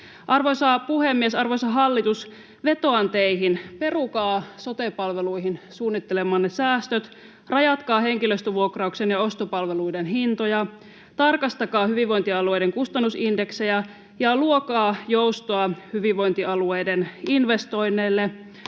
Arvoisa puhemies! Arvoisa hallitus, vetoan teihin: perukaa sote-palveluihin suunnittelemanne säästöt, rajatkaa henkilöstövuokrauksen ja ostopalveluiden hintoja, tarkastakaa hyvinvointialueiden kustannusindeksejä, luokaa joustoa hyvinvointialueiden investoinneille